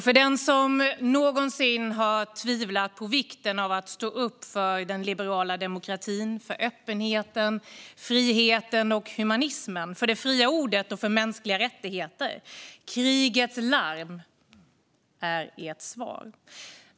För den som någonsin har tvivlat på vikten av att stå upp för den liberala demokratin, öppenheten, friheten, humanismen, det fria ordet och mänskliga rättigheter är krigets larm svaret.